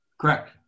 Correct